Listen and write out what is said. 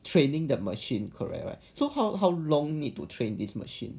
trading the machine correct right so how how long need to train this machine